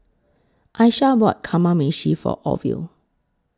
Aisha bought Kamameshi For Orvil